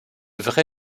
vrai